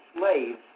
slaves